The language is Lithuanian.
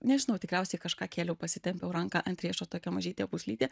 nežinau tikriausiai kažką kėliau pasitempiau ranką ant riešo tokia mažytė pūslytė